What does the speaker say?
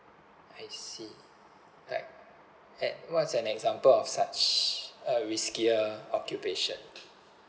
I see like ex~ what's an example of such uh riskier occupation